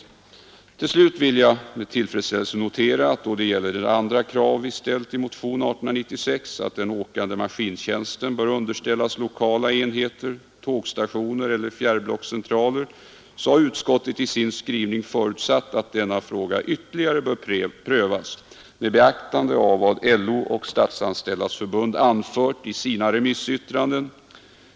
Till slut vill jag med tillfredsställelse notera, att då det gäller vårt andra krav i motionen 1896, att den åkande maskintjänsten bör underställas lokala enheter — tågstationer eller fjärrblockscentraler — har utskottet i sin skrivning förutsatt att denna fråga ytterligare bör prövas med beaktande av vad LO och Statsanställdas förbund anfört i sina remissyttranden.